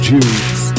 Jews